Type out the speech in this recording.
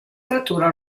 frattura